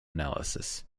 analysis